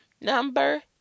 Number